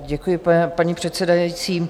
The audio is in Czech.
Děkuji, paní předsedající.